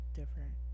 different